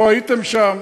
לא הייתם שם,